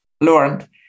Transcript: learned